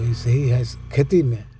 वैसे ही है खेती में